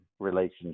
relationship